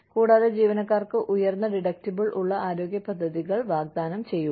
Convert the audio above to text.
കൂടാതെ ജീവനക്കാർക്ക് ഉയർന്ന ഡിഡക്റ്റബിൾ ഉള്ള ആരോഗ്യ പദ്ധതികൾ വാഗ്ദാനം ചെയ്യുക